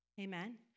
amen